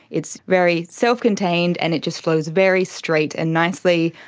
it's very self-contained and it just flows very straight and nicely.